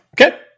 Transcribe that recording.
Okay